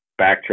backtrack